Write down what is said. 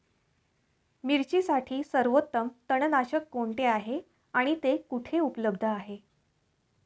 मिरचीसाठी सर्वोत्तम तणनाशक कोणते आहे आणि ते कुठे उपलब्ध आहे?